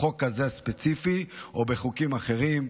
בחוק הזה הספציפי או בחוקים אחרים.